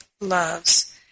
loves